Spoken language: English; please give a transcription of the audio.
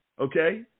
Okay